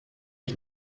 ich